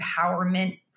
empowerment